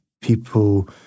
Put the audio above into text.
people